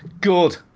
Good